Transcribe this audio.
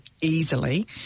easily